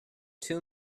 two